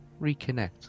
reconnect